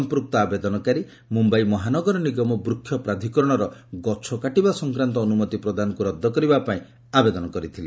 ସଂପୂକ୍ତ ଆବେଦନକାରୀ ମୁମ୍ବାଇ ମହାନଗର ନିଗମ ବୃକ୍ଷ ପ୍ରାଧିକରଣର ଗଛକାଟିବା ସଂକ୍ରାନ୍ତ ଅନୁମତି ପ୍ରଦାନକୁ ରଦ୍ଦ କରିବା ପାଇଁ ଆବେଦନ କରିଥିଲେ